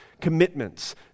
commitments